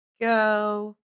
go